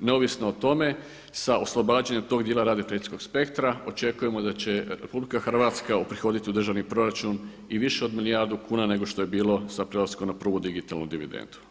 neovisno o tome sa oslobađanjem tog dijela … spektra očekujemo da će RH uprihoditi u državni proračun i više od milijardu kuna nego što je bilo s prelaskom na prvu digitalnu dividendu.